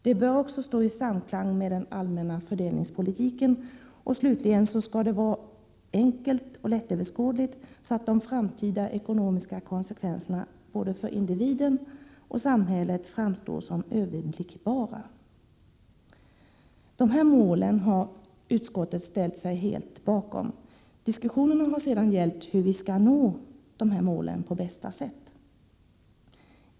Det bör också stå i samklang med den allmänna fördelningspolitiken, och slutligen skall det vara enkelt och lättöverskådligt, så att de framtida ekonomiska konsekvenserna, både för individen och samhället, framstår som överblickbara. Dessa mål har utskottet ställt sig helt bakom. Diskussionen har sedan gällt hur vi skall nå målet på bästa sätt.